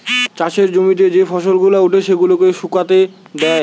চাষের জমিতে যে ফসল গুলা উঠে সেগুলাকে শুকাতে দেয়